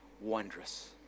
wondrous